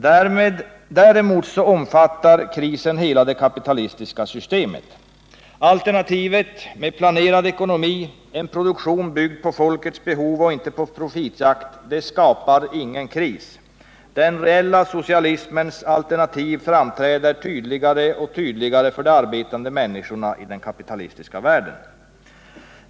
Däremot omfattar krisen hela det kapitalistiska systemet. Alternativet med planerad ekonomi, en produktion byggd på folkets behov och inte på profitjakt, skapar ingen kris. Den reella socialismens alternativ framträder tydligare och tydligare för de arbetande människorna i den kapitalistiska världen.